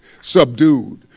subdued